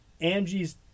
Angie's